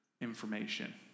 information